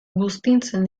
buztintzen